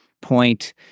point